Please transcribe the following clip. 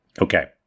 Okay